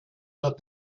that